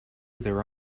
their